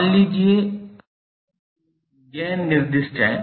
मान लीजिए प्रॉब्लम एक गेन निर्दिष्ट है